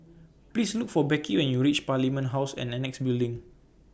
Please Look For Becky when YOU REACH Parliament House and Annexe Building